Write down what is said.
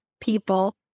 people